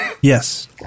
Yes